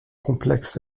complexes